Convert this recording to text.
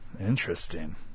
Interesting